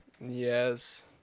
Yes